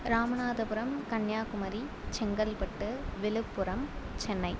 Ramanathapuram Kanyakumari Chengalpattu Villupuram Chennai